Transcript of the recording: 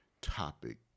topic